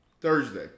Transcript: Thursday